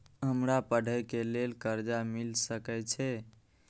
हमरा पढ़े के लेल कर्जा मिल सके छे?